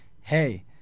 hey